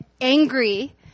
angry